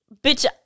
bitch